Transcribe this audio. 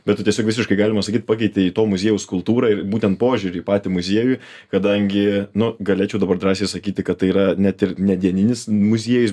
bet tu tiesiog visiškai galima sakyt pakeitei to muziejaus kultūrą ir būtent požiūrį į patį muziejų kadangi nu galėčiau dabar drąsiai sakyti kad tai yra net ir ne dieninis muziejus